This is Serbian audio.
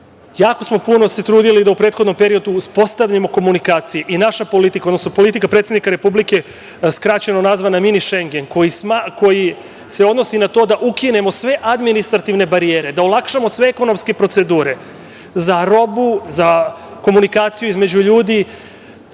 smo se puno trudili da u prethodnom periodu uspostavimo komunikacije i naša politika, odnosno politika predsednika Republike, skraćeno nazvana Mini šengen, koji se odnosi na to da ukinemo sve administrativne barijere, da olakšamo sve ekonomske procedure za robu, za komunikaciju između ljudi…